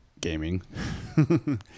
gaming